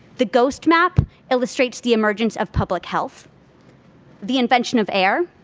the ghost map illustrates the emergence of public health the invention of air,